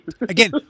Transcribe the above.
again